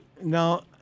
Now